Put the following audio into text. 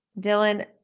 Dylan